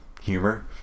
humor